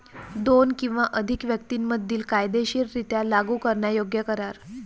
दोन किंवा अधिक व्यक्तीं मधील कायदेशीररित्या लागू करण्यायोग्य करार